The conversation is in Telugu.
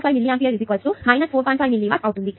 5 మిల్లీ వాట్స్ అవుతుంది